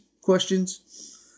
questions